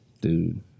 Dude